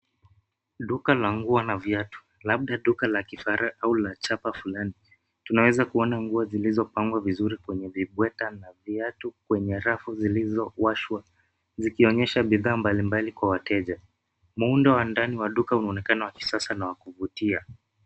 Duka la nguo na viatu, labda duka la kifara au la chapa fulani, tunaaweza kuona nguo zilizopangwa vizuri kwenye vibweta na viatu kwenye rafu zilizowashwa zikionyesha bidhaa mbalimbali kwa wateja. Muundo wa ndani wa duka unaonekano wa kisasa na wa kuvutia.